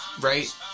right